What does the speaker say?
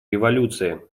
революции